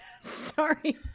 Sorry